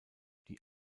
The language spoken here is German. die